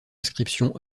inscription